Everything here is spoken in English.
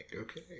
okay